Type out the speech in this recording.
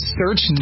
search